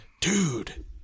dude